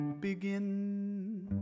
begin